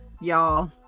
Y'all